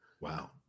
Wow